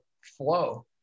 flow